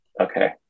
Okay